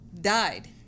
died